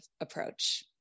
approach